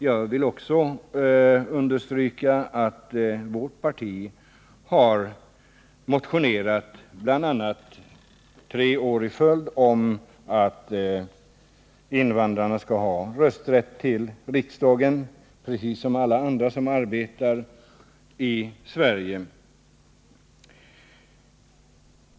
Jag vill understryka att vårt parti tre år i följd har motionerat om att invandrarna skall ha rösträtt till riksdagen precis som alla andra som arbetar i Sverige.